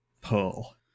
pull